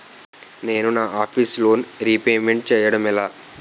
నేను నా office loan repayment చేయడం ఎలా?